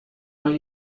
bei